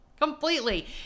Completely